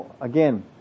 again